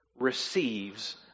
receives